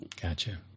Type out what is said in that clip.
Gotcha